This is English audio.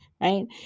right